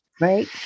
Right